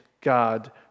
God